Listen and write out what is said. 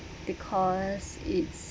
because it's